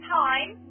time